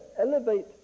elevate